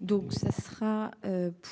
Donc, ça sera